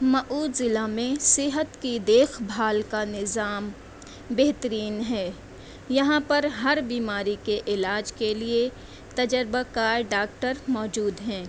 مئو ضلع میں صحت کی دیکھ بھال کا نظام بہترین ہے یہاں پر ہر بیماری کے علاج کے لئے تجربہ کار ڈاکٹر موجود ہیں